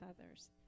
others